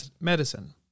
medicine